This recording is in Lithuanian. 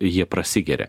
jie prasigeria